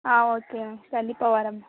ஆ okay ma'am கண்டிப்பாக வர்றேன்